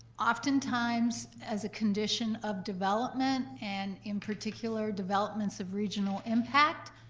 oftentimes as a condition of development, and in particular developments of regional impact,